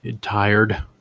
tired